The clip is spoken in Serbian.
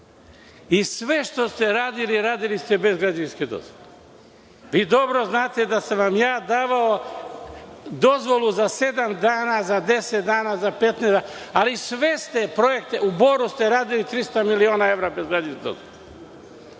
Sve što ste radili – radili ste bez građevinske dozvole. Vi dobro znate da sam vam ja davao dozvolu za sedam dana, za deset dana, za 15 dana. Ali, sve ste projekte radili bez dozvole. U Boru ste radili 300 miliona evra bez građevinske dozvole.